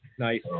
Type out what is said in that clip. nice